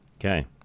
Okay